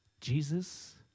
Jesus